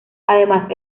además